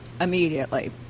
immediately